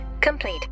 complete